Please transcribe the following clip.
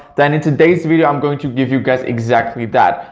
then in today's video i'm going to give you guys exactly that.